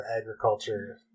agriculture